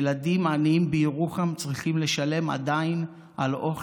ילדים עניים בירוחם עדיין צריכים לשלם על אוכל,